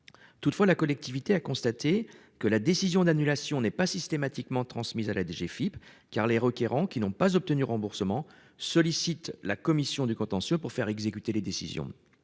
Toutefois, la collectivité a constaté que la décision d'annulation n'est pas systématiquement transmise à la DGFiP, car les requérants qui n'ont pas obtenu remboursement sollicitent la CCSP pour faire exécuter les décisions.